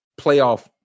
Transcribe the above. playoff